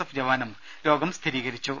F ജവാനും രോഗം സ്ഥിരീകരിച്ചു